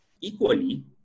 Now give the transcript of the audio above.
equally